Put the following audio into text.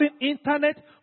internet